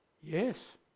Yes